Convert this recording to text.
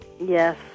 Yes